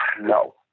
No